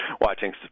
watching